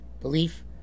belief